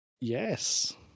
yes